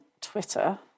Twitter